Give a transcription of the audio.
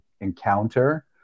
encounter